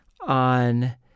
on